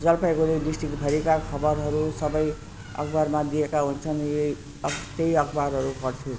जलपाइगुडी डिस्ट्रिक्टभरिका खबरहरू सबै अखबारमा दिएका हुन्छन् यही त्यही अखबारहरू पढ्छु